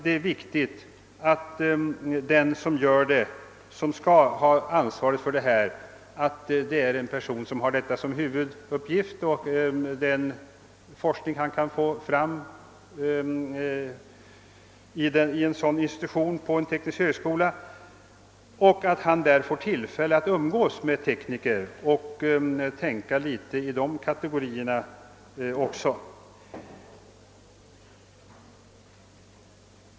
Det är också betydelsefullt att den som skall ha ansvaret för utbildningen som huvuduppgift skall ha den forskning, som kan bedrivas vid en sådan institution på en teknisk högskola, där vederbörande också får tillfälle att umgås med tekniker och att lära sig tänka också i deras banor.